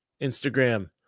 Instagram